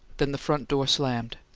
then the front door slammed.